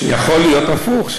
יכול להיות הפוך.